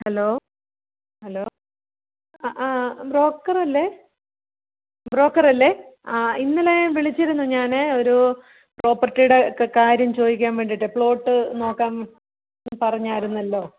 hello ആ ബ്രോക്കറല്ലേ ബ്രോക്കറല്ലേ ആ ഇന്നലെ വിളിച്ചിരുന്നു ഞാൻ ഒരു പ്രോപ്പർട്ടീടെ ഒക്കെ കാര്യം ചോദിക്കാൻ വേണ്ടീട്ട് പ്ലോട്ട് നോക്കാൻ പറഞ്ഞായിരുന്നല്ലോ